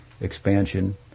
expansion